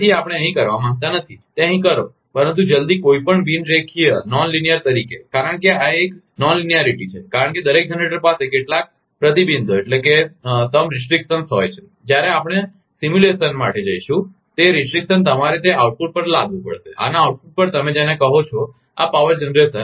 તેથી આપણે અહીં કરવા માંગતા નથી તે અહીં કરો પરંતુ જલદી કોઈપણ બિન રેખીય તરીકે કારણ કે આ એક બિન રેખીયતા છે કારણ કે દરેક જનરેટર પાસે કેટલાક પ્રતિબંધો હોય છે જ્યારે આપણે અનુકરણસિમ્યુલેશન માટે જઈશું તે પ્રતિબંધ તમારે તે આઉટપુટ પર લાદવું પડશે આના આઉટપુટ પર તમે જેને કહો છો આ પાવર જનરેશન